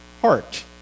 heart